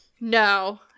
No